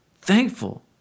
Thankful